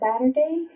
Saturday